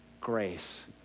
grace